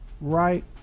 right